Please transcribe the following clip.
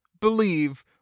believe